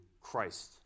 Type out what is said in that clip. Christ